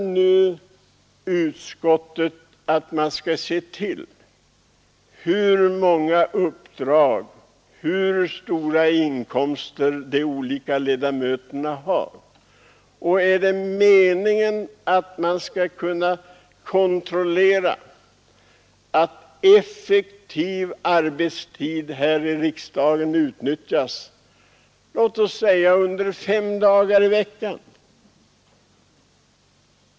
Menar utskottet att man skall se till hur många uppdrag och hur stora inkomster de olika ledamöterna har? Är det meningen att man skall kunna kontrollera att arbetstiden här i riksdagen utnyttjas effektivt, låt oss säga under fem dagar i veckan?